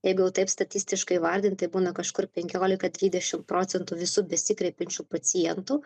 jeigu jau taip statistiškai vardint tai būna kažkur penkiolika dvidešim procentų visų besikreipiančių pacientų